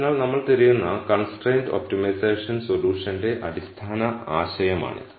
അതിനാൽ നമ്മൾ തിരയുന്ന കൺസ്ട്രൈൻഡ് ഒപ്റ്റിമൈസേഷൻ സൊല്യൂഷന്റെ അടിസ്ഥാന ആശയമാണിത്